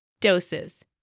Doses